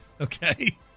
Okay